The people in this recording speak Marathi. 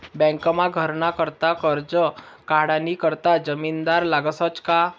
बँकमा घरनं करता करजं काढानी करता जामिनदार लागसच का